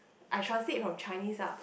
I translate from Chinese ah